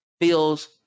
feels